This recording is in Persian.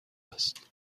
است